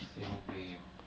sit at home play game ah